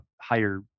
higher